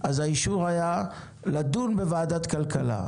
אז האישור היה לדון בוועדת הכלכלה.